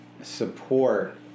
support